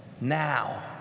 now